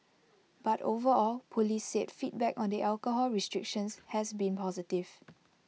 but overall Police said feedback on the alcohol restrictions has been positive